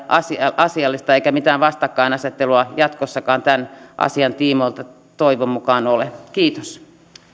ja asiallista eikä mitään vastakkainasettelua jatkossakaan tämän asian tiimoilta toivon mukaan ole kiitos